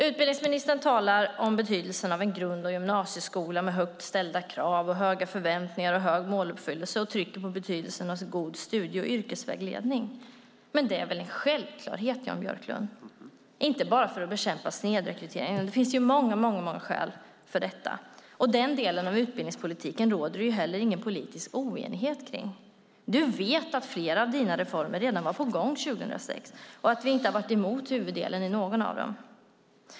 Utbildningsministern talar om betydelsen av en grund och gymnasieskola med högt ställda krav, höga förväntningar och hög måluppfyllelse och trycker på betydelsen av god studie och yrkesvägledning. Det är väl en självklarhet, Jan Björklund, och inte bara vad gäller att bekämpa snedrekryteringen. Det finns många skäl för det, och den delen av utbildningspolitiken råder det heller ingen politisk oenighet om. Jan Björklund vet att flera av hans reformer var på gång redan 2006 och att vi inte varit emot huvuddelen i någon av dem.